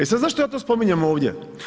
E sada zašto ja to spominjem ovdje?